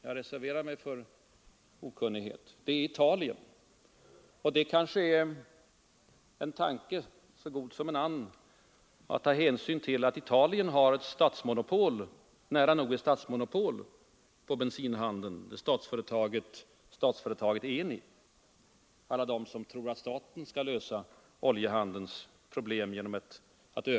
Att Italien har nära nog ett statsmonopol på bensinhandeln, statsföretaget ENI, är kanske en tankeställare så god som en annan att ta hänsyn till för alla dem som tror att staten kan lösa oljehandelns problem.